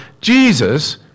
Jesus